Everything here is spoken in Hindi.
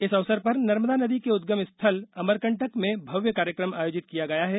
इस अवसर पर नर्मदा नदी के उदगम स्थल अमरकंटक में भव्य कार्यकम आयोजित किया गया है